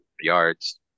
yards